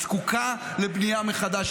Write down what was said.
היא זקוקה לבנייה מחדש.